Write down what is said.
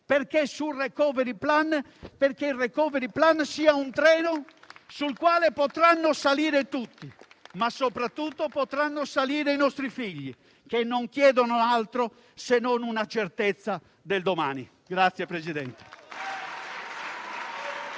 perché il *recovery plan* sia un treno sul quale possano salire tutti, ma soprattutto possano salire i nostri figli, che non chiedono altro se non una certezza del domani.